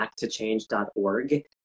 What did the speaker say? acttochange.org